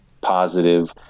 positive